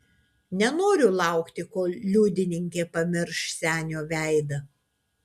nenoriu laukti kol liudininkė pamirš senio veidą